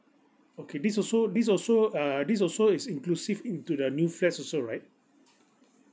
okay this also this also uh this also is inclusive into the new flats also right